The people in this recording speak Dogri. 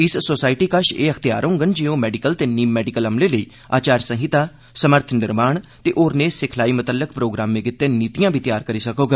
इस सोसायटी कश एह् अख्तियार होडन जे ओह् मैडिकल ते नीम मैडिकल अमले लेई आचार संहिता समर्थ निर्माण ते होरनें सिखलाई मतल्लक प्रोग्रामें गितै नीतियां तैयार करी सकोग